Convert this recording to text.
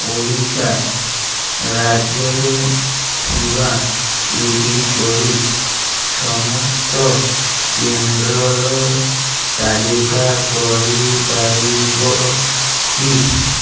ଓଡ଼ିଶା ରାଜ୍ୟରେ ଥିବା ଏହିପରି ସମସ୍ତ କେନ୍ଦ୍ରର ତାଲିକା କରିପାରିବ କି